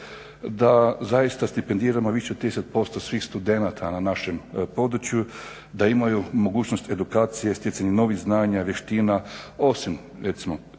Zaista stipendiramo više od 30% svih studenata na našem području, da imaju mogućnost edukacije stjecanjem novih znanja, vještina osim recimo